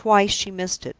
twice she missed it.